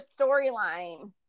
storyline